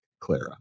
Clara